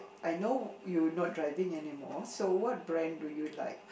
I know you not driving anymore so what brand do you like